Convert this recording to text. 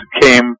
came